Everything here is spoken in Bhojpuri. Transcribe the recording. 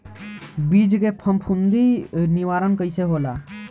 बीज के फफूंदी निवारण कईसे होला?